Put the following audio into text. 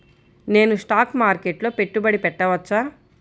నేను స్టాక్ మార్కెట్లో పెట్టుబడి పెట్టవచ్చా?